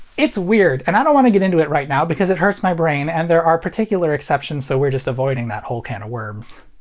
it's weird and i don't wanna get into it right now because it hurts my brain and there are particular exceptions so we're just avoiding that whole can of worms.